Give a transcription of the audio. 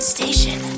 Station